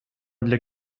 для